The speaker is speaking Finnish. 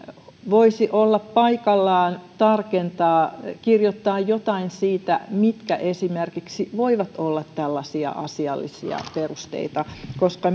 voisi olla paikallaan tarkentaa kirjoittaa jotain siitä mitkä esimerkiksi voivat olla tällaisia asiallisia perusteita koska